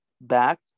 Back